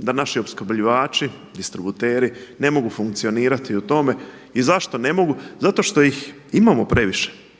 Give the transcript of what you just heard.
da naši opskrbljivači, distributeri ne mogu funkcionirati u tome. I zašto ne mogu? Zato što ih imamo previše,